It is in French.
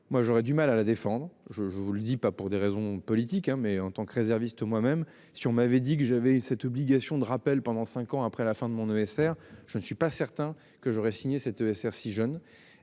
moi j'aurais du mal à la défendre. Je vous le dis pas pour des raisons politiques hein mais en tant que réserviste moi même si on m'avait dit que j'avais cette obligation de rappel pendant 5 ans après la fin de mon ESR je ne suis pas certain que j'aurais signé cet si jeune.